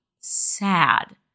sad